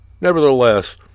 nevertheless